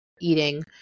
eating